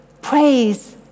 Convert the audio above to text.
praise